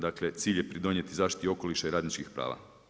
Dakle cilj je pridonijeti zaštiti okoliša i radničkih prava.